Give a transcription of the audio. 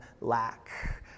lack